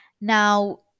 Now